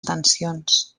tensions